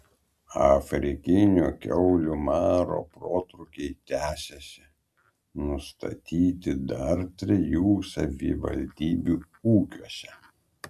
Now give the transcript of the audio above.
afrikinio kiaulių maro protrūkiai tęsiasi nustatyti dar trijų savivaldybių ūkiuose